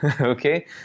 okay